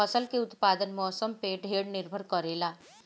फसल के उत्पादन मौसम पे ढेर निर्भर करेला